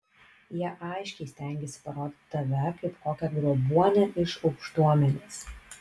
jie aiškiai stengiasi parodyti tave kaip kokią grobuonę iš aukštuomenės